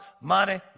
money